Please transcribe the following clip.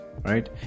right